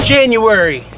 January